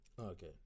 Okay